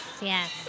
yes